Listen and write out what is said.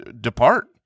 depart